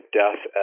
death